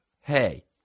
hey